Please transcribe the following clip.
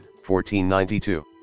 1492